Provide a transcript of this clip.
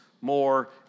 more